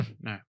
No